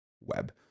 web